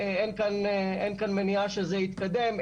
אין כאן מניעה שזה יתקדם,